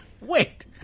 Wait